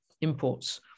imports